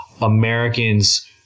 americans